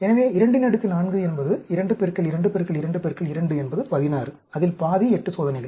எனவே 24 என்பது 2 2 2 2 என்பது 16 அதில் பாதி 8 சோதனைகள்